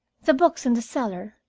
the books in the cellar,